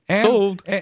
Sold